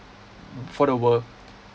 for the world